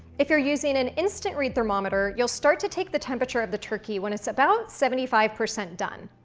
if you're using an instant-read thermometer, you'll start to take the temperature of the turkey when it's about seventy five percent done.